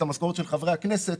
את המשכורת של חברי הכנסת.